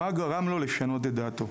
מה גרם לו לשנות את דעתו?